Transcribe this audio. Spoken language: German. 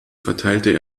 verteilte